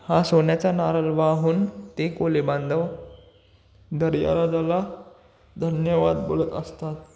हा सोन्याचा नारळ वाहून ते कोळी बांधव दर्याराजाला धन्यवाद बोलत असतात